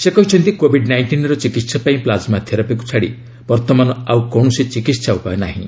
ସେ ଆହୁରି କହିଛନ୍ତି କୋଭିଡ୍ ନାଇଷ୍ଟିନର ଚିକିତ୍ସା ପାଇଁ ପ୍ଲାଜମା ଥେରାପିକୁ ଛାଡ଼ି ବର୍ତ୍ତମାନ ଆଉ କୌଣସି ଚିକିତ୍ସା ଉପାୟ ନାହିଁ